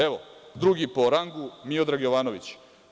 Evo, drugi po rangu, Miodrag Jovanović.